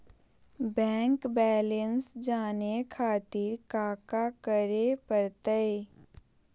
Bank balance जाने खातिर काका करे पड़तई?